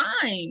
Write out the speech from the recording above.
time